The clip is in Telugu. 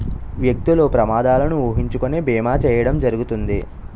వ్యక్తులు ప్రమాదాలను ఊహించుకొని బీమా చేయడం జరుగుతుంది